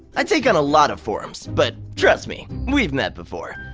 i take on a lot of forms, but trust me, we've met before.